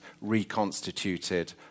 reconstituted